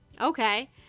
okay